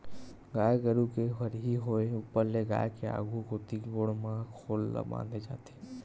गाय गरु के हरही होय ऊपर ले गाय के आघु कोती गोड़ म खोल ल बांधे जाथे